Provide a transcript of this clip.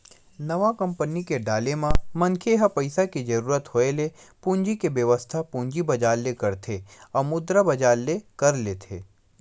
नवा कंपनी के डाले म मनखे ह पइसा के जरुरत होय ले पूंजी के बेवस्था पूंजी बजार ले करथे अउ मुद्रा बजार ले कर लेथे